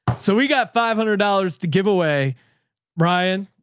so we got five hundred dollars to give away brian.